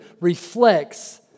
reflects